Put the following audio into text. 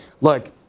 Look